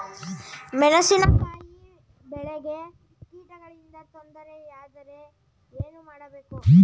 ಮೆಣಸಿನಕಾಯಿ ಬೆಳೆಗೆ ಕೀಟಗಳಿಂದ ತೊಂದರೆ ಯಾದರೆ ಏನು ಮಾಡಬೇಕು?